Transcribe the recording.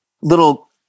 little